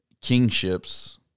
kingships